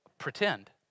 pretend